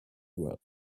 well